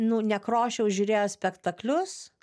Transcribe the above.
nu nekrošiaus žiūrėjo spektaklius